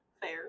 fair